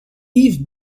yves